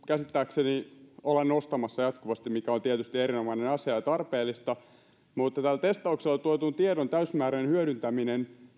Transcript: käsittääkseni ollaan nostamassa jatkuvasti mikä on tietysti erinomainen asia ja tarpeellista mutta tällä testauksella tuotetun tiedon täysimääräinen hyödyntäminen